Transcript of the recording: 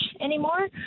anymore